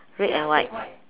red and white